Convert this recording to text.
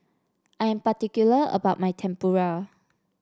I am particular about my Tempura